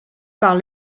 par